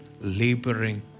laboring